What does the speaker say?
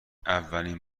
اولین